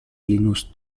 linus